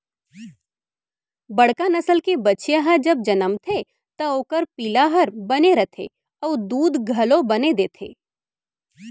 बड़का नसल के बछिया ह जब जनमथे त ओकर पिला हर बने रथे अउ दूद घलौ बने देथे